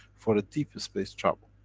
for deep space travel.